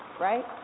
right